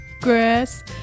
grass